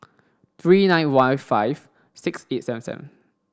three nine one five six eight seven seven